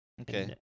Okay